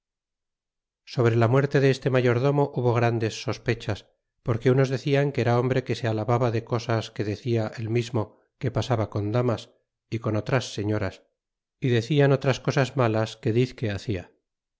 sobre la muerte de este mayordomo hubo grandes sospechas porque unos decian que era hombre que se alababa de cosas que lacia el mismo que pasaba con damas é con otras señoras é decian otras cosas malas que dizque hacia